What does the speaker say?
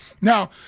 Now